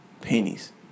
pennies